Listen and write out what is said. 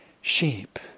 Sheep